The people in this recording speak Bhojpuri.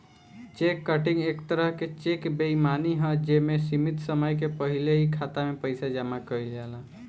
चेक कटिंग एक तरह के चेक बेईमानी ह जे में सीमित समय के पहिल ही खाता में पइसा जामा कइल जाला